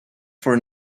for